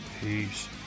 Peace